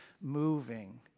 moving